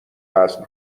وزن